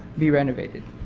be renovated.